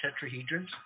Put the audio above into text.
tetrahedrons